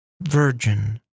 virgin